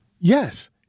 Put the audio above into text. Yes